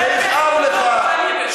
שיכאב לך.